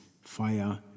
fire